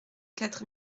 quatre